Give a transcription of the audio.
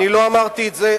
אני לא אמרתי את זה.